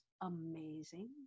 amazing